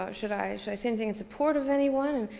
ah should i should i say anything in support of anyone?